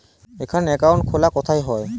এখানে অ্যাকাউন্ট খোলা কোথায় হয়?